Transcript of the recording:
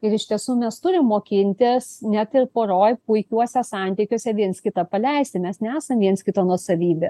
ir iš tiesų mes turim mokintis net ir poroj puikiuose santykiuose viens kitą paleisti mes nesam viens kito nuosavybė